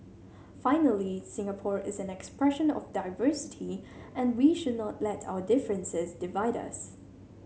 finally Singapore is an expression of diversity and we should not let our differences divide us